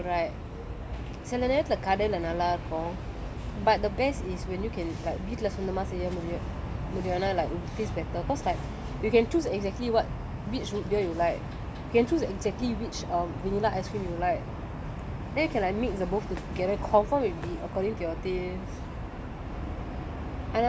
ஆனா நெனைக்குரன்:aana nenaikkuran like all the float all right செல நேரத்துல கடைல நல்லா இருக்கும்:sela nerathula kadaila nalla irukum but the best is when you can like வீட்ல சொந்தமா செய்ய முடியு முடியுன்னா:veetla sonthama seyya mudiyu mudiyuna like it taste better cause like you can choose exactly what which root beer you can choose exactly which vanilla ice cream you like then you can like mix the both together confirm will be according to your taste